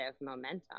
momentum